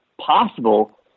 possible